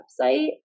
website